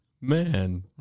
Man